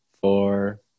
four